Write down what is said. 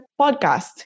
podcast